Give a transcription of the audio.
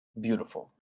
beautiful